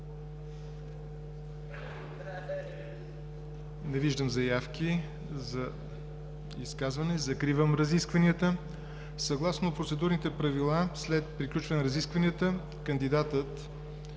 Не виждам заявки за изказвания. Закривам разискванията. Съгласно Процедурните правила след приключване на разискванията кандидатът